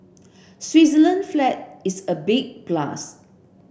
Switzerland flag is a big plus